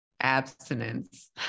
abstinence